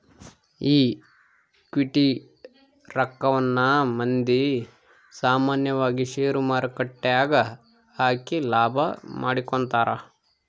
equity ರಕ್ಕವನ್ನ ಮಂದಿ ಸಾಮಾನ್ಯವಾಗಿ ಷೇರುಮಾರುಕಟ್ಟೆಗ ಹಾಕಿ ಲಾಭ ಮಾಡಿಕೊಂತರ